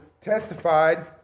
testified